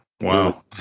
Wow